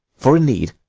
for a need,